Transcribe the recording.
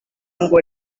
ngo